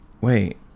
wait